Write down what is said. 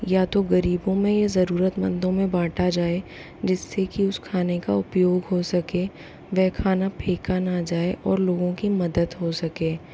या तो गरीबों में या ज़रूरतमंदों में बाँटा जाए जिससे की उस खाने का उपयोग हो सके वह खाना फेंका न जाए और लोगों की मदद हो सके